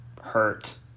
hurt